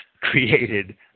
created